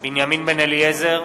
בנימין בן-אליעזר,